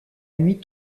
nuit